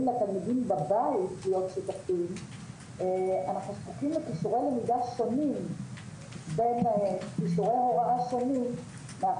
לתלמידים בבית אנחנו צריכים כישורי למידה שונים בין כישורי ההוראה השונים.